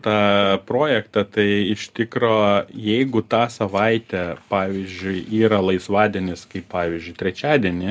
tą projektą tai iš tikro jeigu tą savaitę pavyzdžiui yra laisvadienis kaip pavyzdžiui trečiadienį